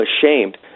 ashamed